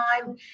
time